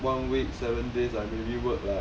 one week seven days I maybe work like